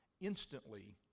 instantly